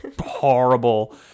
horrible